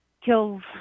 kills